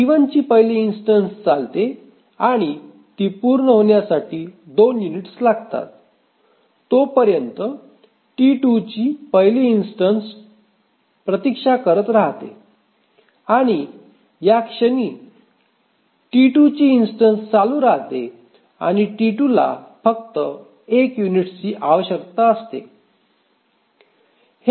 T1 ची पहिली instance चालते आणि ती पूर्ण होण्यासाठी 2 युनिट्स लागतात आणि तोपर्यंत T 2 ची पहिली इन्स्टन्स प्रतीक्षा करत राहते आणि या क्षणी T2 ची इन्स्टन्स चालू राहते आणि T 2 ला फक्त 1 युनिटची आवश्यकता असते